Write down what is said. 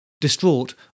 Distraught